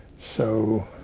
so